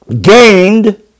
gained